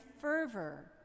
fervor